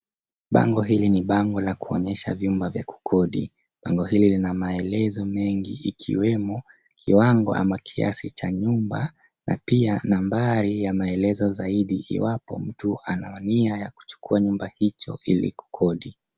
Bango hili ni bango la kuonyesha vyumba vya kukodi. Bango hili lina maelezo mengi ikiwemo, kiwango ama kiasi cha nyumba na pia nambari ya maelezo zaidi iwapo mtu ana nia ya kuchukua nyumba hicho ili kukodi.